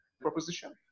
proposition